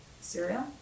Cereal